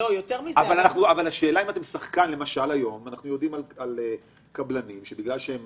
אנחנו יודעים היום על קבלנים שבגלל שהם